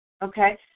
Okay